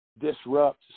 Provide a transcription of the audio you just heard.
disrupt